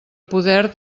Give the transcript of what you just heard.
poder